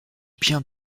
bien